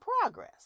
progress